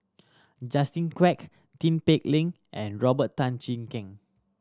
Justin Quek Tin Pei Ling and Robert Tan Jee Keng